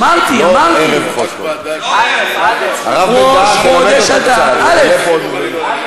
אמרתי, ראש חודש אדר א'.